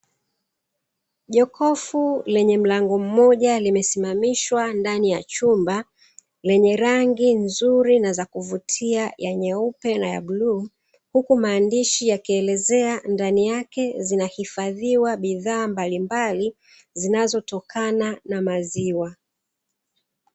Jokofu lenye mlango mmoja limesimamishwa ndani ya chumba, lenye rangi nzuri na za kuvutia ya nyeupe na ya bluu. Huku maandishi yakielezea ndani yake, zinahifadhiwa bidhaa mbalimbali, zinazotokana na maziwa.